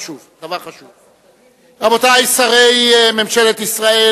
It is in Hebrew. רבותי שרי ממשלת ישראל,